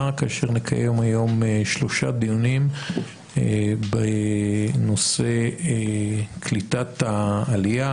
כאשר נקיים היום שלושה דיונים בנושא קליטת העלייה